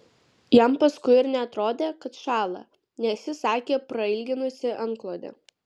jam paskui ir neatrodė kad šąla nes ji sakė prailginusi antklodę